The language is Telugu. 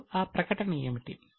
ఇప్పుడు ఆ ప్రకటన ఏమిటి